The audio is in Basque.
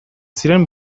ziren